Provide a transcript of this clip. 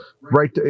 right